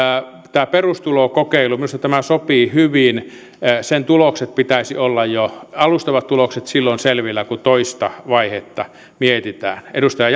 tämä perustulokokeilu sopii hyvin sen alustavien tulosten pitäisi olla jo silloin selvillä kun toista vaihetta mietitään edustaja